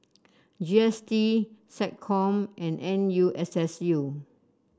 G S T SecCom and N U S S U